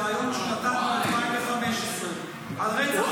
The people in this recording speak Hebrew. בריאיון שהוא נתן ב-2015 על רצח